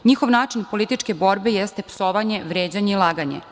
Njihov način političke borbe jeste psovanje, vređanje i laganje.